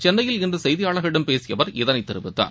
சென்ளையில் இன்று செய்தியாளர்களிடம் பேசிய அவர் இதனை தெரிவித்தார்